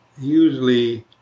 usually